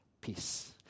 peace